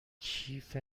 کیف